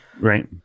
Right